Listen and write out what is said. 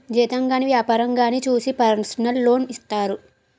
జీతం గాని వ్యాపారంగానే చూసి పర్సనల్ లోన్ ఇత్తారు